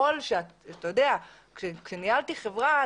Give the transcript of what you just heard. כשניהלתי חברה,